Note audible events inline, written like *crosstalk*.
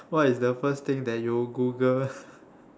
what is the first thing that you Google *breath*